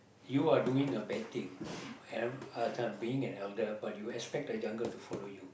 you are doing a bad thing and uh this one being an elder but you expect the younger to follow you